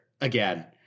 again